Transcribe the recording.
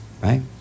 right